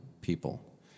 people